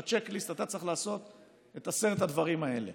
צ'ק ליסט ואתה צריך לעשות את עשרת הדברים האלה.